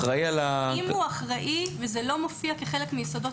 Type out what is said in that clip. אם הוא אחראי וזה לא מופיע כחלק מיסודות